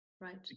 Right